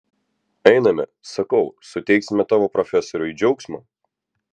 einame sakau suteiksime tavo profesoriui džiaugsmo